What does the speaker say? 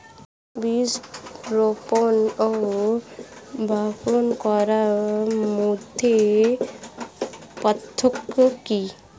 বীজ রোপন ও বপন করার মধ্যে পার্থক্য কি?